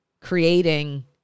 creating